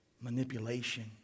manipulation